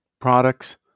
products